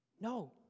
No